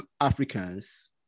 Africans